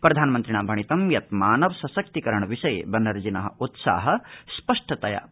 प्रधानमन्त्रिणा भणितं यत् मानव सशक्तिकरण विषये बनर्जिन उत्साह स्पष्टतया परिलक्षित